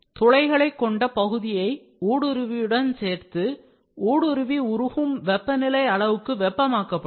துளைகளைக் கொண்ட பகுதியை ஊடுருவியுடன் சேர்த்து ஊடுருவி உருகும் வெப்பநிலை அளவுக்கு வெப்பம் ஆக்கப்படும்